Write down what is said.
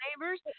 neighbors